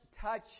touch